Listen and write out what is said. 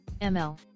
ml